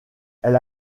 elle